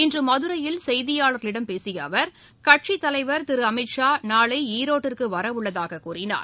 இன்று மதுரையில் செய்தியாளர்களிடம் பேசிய அவர் கட்சித் தலைவர் திரு அமித்ஷா நாளை ஈரோட்டிற்கு வர உள்ளதாக கூறினார்